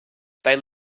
they